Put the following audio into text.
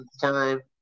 time